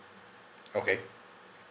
okay